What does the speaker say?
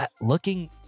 Looking